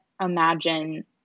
imagine